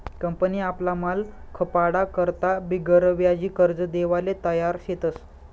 company आपला माल खपाडा करता बिगरव्याजी कर्ज देवाले तयार शेतस